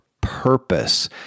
purpose